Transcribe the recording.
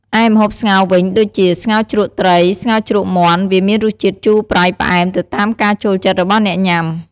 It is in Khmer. ឯម្ហូបស្ងោរវិញដូចជា ស្ងោរជ្រក់ត្រី ស្ងោរជ្រក់មាន់ វាមានរសជាតិ ជូរ ប្រៃ ផ្អែម ទៅតាមការចូលចិត្តរបស់អ្នកញ៉ាំ។